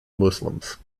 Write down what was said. muslims